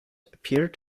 appeared